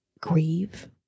grieve